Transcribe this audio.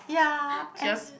ya and